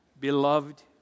Beloved